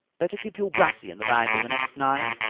better keep your brassey in the bag on the next nine,